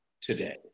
today